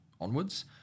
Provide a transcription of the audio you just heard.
onwards